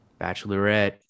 Bachelorette